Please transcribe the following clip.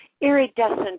iridescent